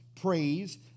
Praise